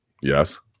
Yes